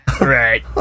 Right